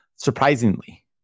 Surprisingly